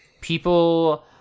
People